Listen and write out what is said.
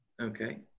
Okay